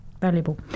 valuable